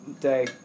day